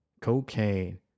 cocaine